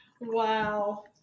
Wow